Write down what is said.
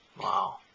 Wow